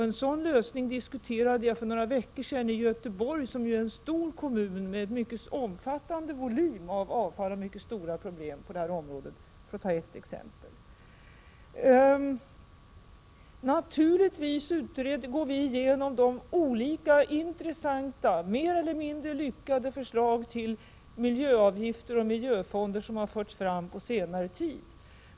En sådan lösning diskuterade jag för några veckor sedan i Göteborg, som ju är en stor kommun med mycket omfattande volym av avfall och mycket stora problem på detta område, för att nu nämna ett exempel. Naturligtvis går vi igenom de olika intressanta, mer eller mindre lyckade, förslag till miljöavgifter och miljöfonder som förts fram på senare tid.